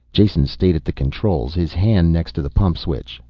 jason stayed at the controls, his hand next to the pump switch.